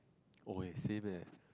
oh eh the same eh